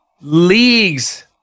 leagues